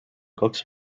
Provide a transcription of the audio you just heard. kaks